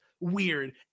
Weird